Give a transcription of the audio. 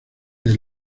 del